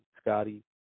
Scotty